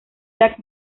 jack